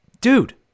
dude